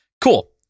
Cool